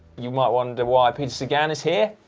you might wonder why peter sagan is here.